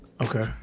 Okay